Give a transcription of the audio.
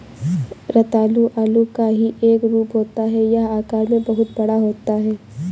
रतालू आलू का ही एक रूप होता है यह आकार में बहुत बड़ा होता है